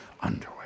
Underwear